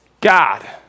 God